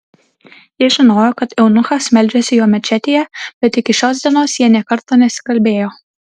jis žinojo kad eunuchas meldžiasi jo mečetėje bet iki šios dienos jie nė karto nesikalbėjo